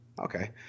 Okay